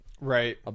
right